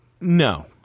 No